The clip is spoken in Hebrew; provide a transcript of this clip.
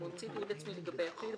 אם הוא המציא תיעוד עצמי לגבי יחיד,